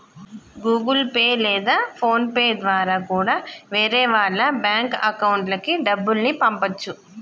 Google Pay లేదా PhonePe ద్వారా కూడా వేరే వాళ్ళ బ్యేంకు అకౌంట్లకి డబ్బుల్ని పంపచ్చు